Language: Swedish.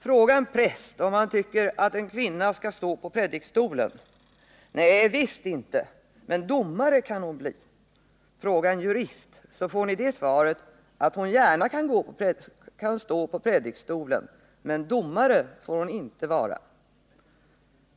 Fråga en präst, om han tycker, att en kvinna skall stå på predikstolen. ”Nej, visst inte, men domare kan hon bli.” Fråga en jurist, så få ni det svaret, att hon gärna kan stå på predikstolen, men domare får hon inte vara.